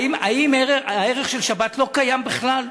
האם הערך של שבת לא קיים בכלל?